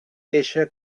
eixa